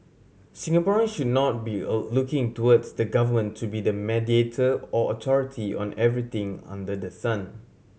Singaporean should not be O looking towards the government to be the mediator or authority on everything under the sun